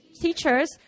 teachers